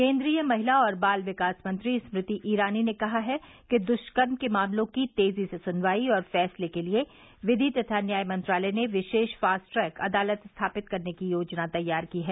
केन्द्रीय महिला और बाल विकास मंत्री स्मृति ईरानी ने कहा है कि दुष्कर्म के मामलों की तेजी से सुनवाई और फैसले के लिए विधि तथा न्याय मंत्रालय ने विशेष फास्ट ट्रैक अदालत स्थापित करने की योजना तैयार की है